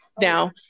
Now